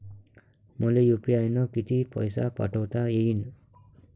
मले यू.पी.आय न किती पैसा पाठवता येईन?